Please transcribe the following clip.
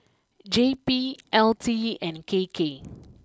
J P L T E and K K